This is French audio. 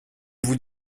vous